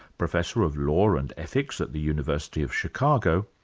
professor of law and ethics at the university of chicago,